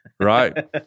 Right